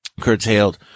curtailed